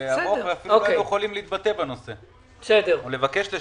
אפילו לא היינו יכולים להתבטא בנושא או לבקש לשנות.